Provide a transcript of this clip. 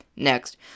Next